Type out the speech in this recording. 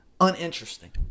uninteresting